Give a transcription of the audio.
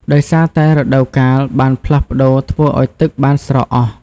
ដោយសារតែរដូវកាលបានផ្លាស់ប្ដូរធ្វើអោយទឹកបានស្រកអស់។